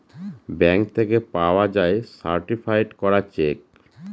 bank থেকে পাওয়া যায় সার্টিফায়েড করা চেক